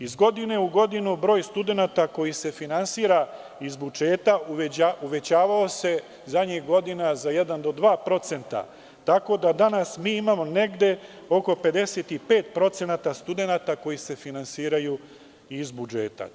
Iz godine u godinu broj studenata koji se finansira iz budžeta uvećavao se zadnjih godina za 1% do 2%, tako da mi danas imamo oko 55% studenata koji se finansiraju iz budžeta.